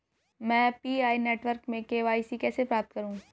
मैं Pi network में KYC कैसे प्राप्त करूँ?